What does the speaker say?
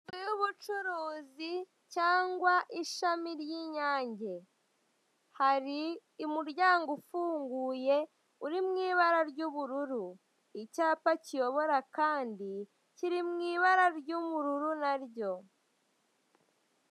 Inzu y'ubucuruzi cyangwa ishami ry'Inyange hari umryango ufunguye uri mu ibara ry'ubururu. Icyapa kiyobora kandi kiri mu ibara ry'ubururu naryo.